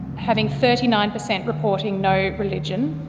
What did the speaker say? having thirty nine per cent reporting no religion.